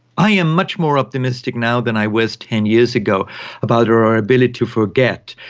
i am much more optimistic now than i was ten years ago about our our ability to forget,